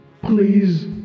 Please